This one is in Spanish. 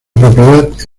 propiedad